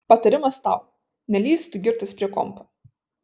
patarimas tau nelįsk tu girtas prie kompo